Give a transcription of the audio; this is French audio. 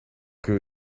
que